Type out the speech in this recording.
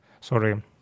Sorry